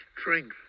strength